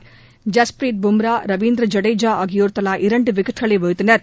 ஐஸ்ப்ரீத் பும்ரா ரவீந்திர ஐடேஜா ஆகியோர் தவா இரண்டு விக்கெட்டுக்களை வீழ்த்தினர்